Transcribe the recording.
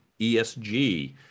ESG